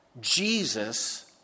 Jesus